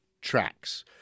tracks